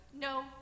No